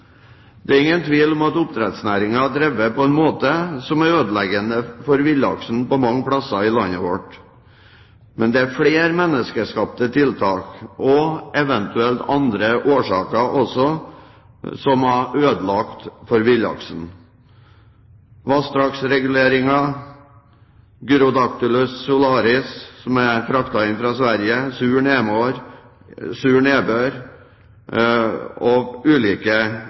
Det er ingen tvil om at oppdrettsnæringen er drevet på en måte som er ødeleggende for villaksen mange steder i landet vårt. Men det er flere menneskeskapte tiltak – også eventuelt andre ting – som har ødelagt for villaksen. Vassdragsreguleringer, Gyrodactylus salaris, som er fraktet inn fra Sverige, sur nedbør og ulike